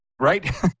Right